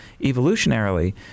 evolutionarily